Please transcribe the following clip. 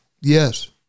Yes